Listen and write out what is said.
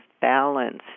balance